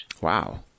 Wow